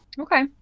Okay